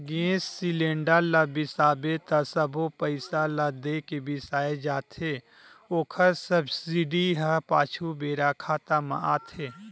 गेस cylinder ल बिसाबे त सबो पइसा ल दे के बिसाए जाथे ओखर सब्सिडी ह पाछू बेरा खाता म आथे